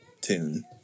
tune